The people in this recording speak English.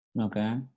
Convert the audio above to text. Okay